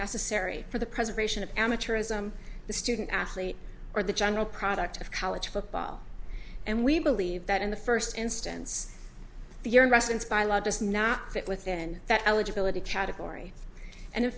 necessary for the preservation of amateurism the student athlete or the general product of college football and we believe that in the first instance your residence by law does not fit within that eligibility category and in